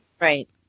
Right